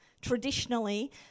traditionally